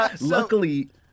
Luckily